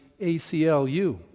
ACLU